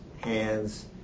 hands